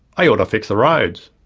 aorta fix the roads.